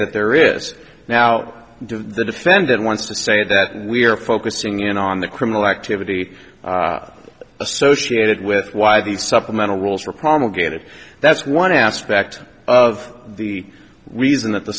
that there is now the defendant wants to say that and we are focusing in on the criminal activity associated with why these supplemental rules were promulgated that's one aspect of the reason that the